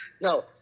No